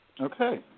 Okay